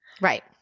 Right